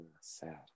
Sad